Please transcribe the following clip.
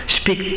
Speak